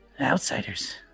outsiders